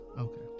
Okay